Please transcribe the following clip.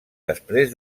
després